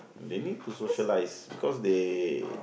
they need to socialise cause they